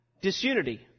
disunity